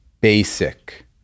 basic